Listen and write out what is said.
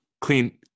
clean